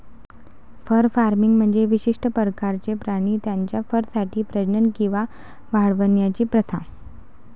fur farming म्हणजे विशिष्ट प्रकारचे प्राणी त्यांच्या फरसाठी प्रजनन किंवा वाढवण्याची प्रथा